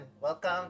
Welcome